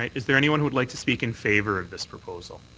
is there anyone who would like to speak in favour of this proposal?